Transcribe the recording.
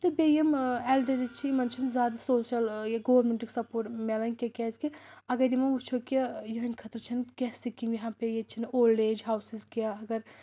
تہٕ بیٚیہِ یِم ایلڈٲرٕز چھِ یِمَن چھُنہٕ زیٛادٕ سوشل گورمیٚنٹُک سپوٹ مِلان کینٛہہ کیازِ کہِ اگر یِمو وٕچھو کہِ یِہٕنٛدۍ خٲطرٕ چھنہٕ کینٛہہ سکیٖم ییٚتہِ چھنہٕ اولڈ ایج ہاوسِز کینٛہہ اگر